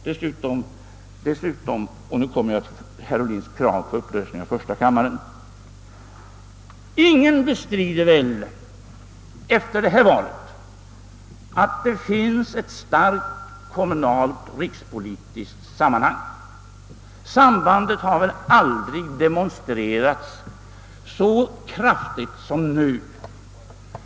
Dessutom torde ingen — och nu kommer jag till herr Ohlins krav på upplösning av första kammaren — efter detta val bestrida, att det finns ett starkt kommunalt-rikspolitiskt sammanhang. Sambandet har väl aldrig demonstrerats så tydligt som nu.